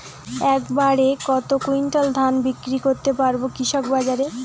এক বাড়ে কত কুইন্টাল ধান বিক্রি করতে পারবো কৃষক বাজারে?